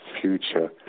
future